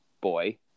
boy